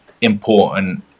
important